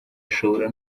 ashobora